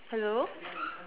hello